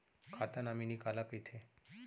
खाता नॉमिनी काला कइथे?